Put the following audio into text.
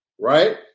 right